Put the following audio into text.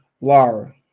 Lara